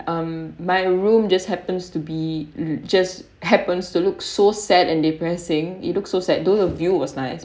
um my room just happens to be just happens to look so sad and depressing it looks so sad though the view was nice